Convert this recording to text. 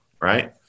right